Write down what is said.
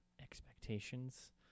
expectations